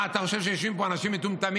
מה, אתה חושב שיושבים פה אנשים מטומטמים?